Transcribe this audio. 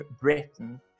Britain